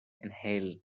inhale